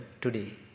today